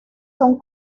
son